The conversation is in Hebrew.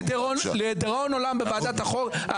לדיראון עולם בוועדת החוקה.